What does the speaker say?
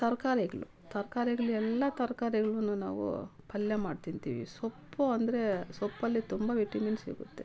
ತರ್ಕಾರಿಗ್ಳು ತರ್ಕಾರಿಗ್ಳೆಲ್ಲಾ ತರ್ಕಾರಿಗ್ಳು ನಾವು ಪಲ್ಯ ಮಾಡಿ ತಿಂತೀವಿ ಸೊಪ್ಪು ಅಂದರೆ ಸೊಪ್ಪಲ್ಲಿ ತುಂಬ ವಿಟಮಿನ್ ಸಿಗುತ್ತೆ